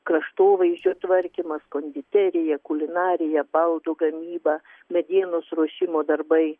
kraštovaizdžio tvarkymas konditerija kulinarija baldų gamyba medienos ruošimo darbai